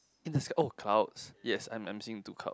in the sky oh clouds yes I am I am seeing two clouds